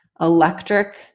electric